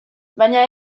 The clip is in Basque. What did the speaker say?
baina